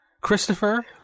Christopher